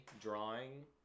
drawing